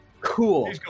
Cool